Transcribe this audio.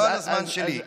לא בזמן שלי.